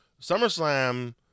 SummerSlam